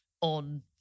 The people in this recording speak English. on